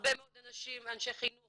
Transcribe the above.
הרבה מאוד אנשים, אנשי חינוך